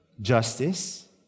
justice